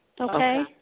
Okay